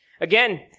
Again